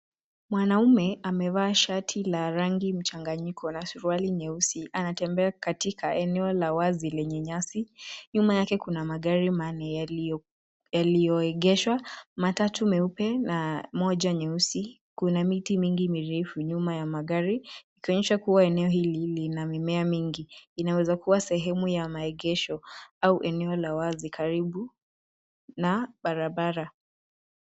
Mwanaume amevaa shati la rangi mchanganyiko na suruali nyeusi. Anatembea katika eneo la wazi lenye nyasi. Nyuma yake kuna magari manne yaliyoegeshwa, matatu meupe na moja nyeusi. Kuna miti mingi mirefu nyuma ya magari, ikionyesha kuwa eneo hili lina mimea mingi. Inaweza kuwa sehemu ya maegesho au eneo la wazi karibu na barabara.